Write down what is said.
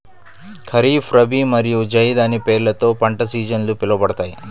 ఖరీఫ్, రబీ మరియు జైద్ అనే పేర్లతో పంట సీజన్లు పిలవబడతాయి